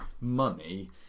money